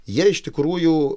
jie iš tikrųjų